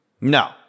No